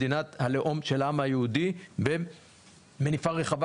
מדינת הלאום של העם היהודי במניפה רחבה.